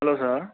hello sir